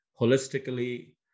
holistically